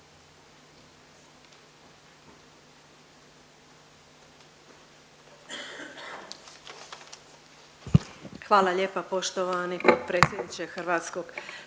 Hvala lijepa poštovani predsjedniče HS-a. Uvažene